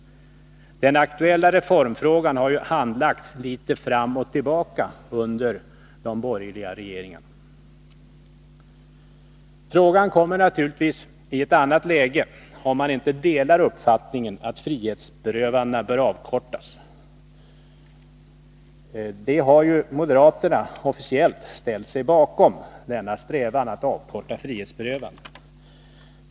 Den aktuella reformfrågan har ju handlagts litet fram och tillbaka under de borgerliga regeringarna. Frågan kommer naturligtvis i ett annat läge om man inte delar uppfattningen att frihetsberövandena bör avkortas. Moderaterna har ju officiellt ställt sig bakom denna strävan att avkorta frihetsberövanden.